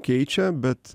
keičia bet